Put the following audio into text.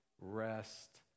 rest